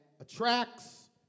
attracts